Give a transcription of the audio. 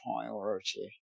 priority